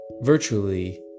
virtually